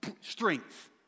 strength